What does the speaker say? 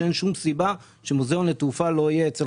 כשאין שום סיבה שמוזיאון לתעופה לא יהיה אצל